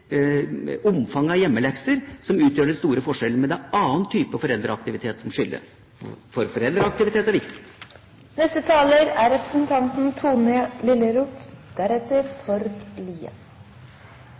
omfanget av hjemmelekser – som utgjør den store forskjellen. Det er annen type foreldreaktivitet som skiller. For foreldreaktivitet er